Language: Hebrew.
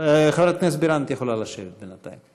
חברת הכנסת בירן את יכולה לשבת בינתיים.